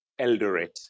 Eldoret